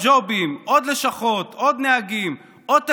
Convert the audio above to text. עוד ג'ובים, עוד לשכות, עוד נהגים, עוד תקציבים,